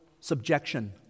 subjection